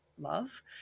love